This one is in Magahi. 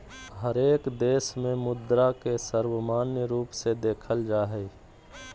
हरेक देश में मुद्रा के सर्वमान्य रूप से देखल जा हइ